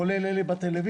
כולל אלה בטלוויזיה.